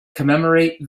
commemorate